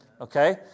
Okay